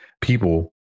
people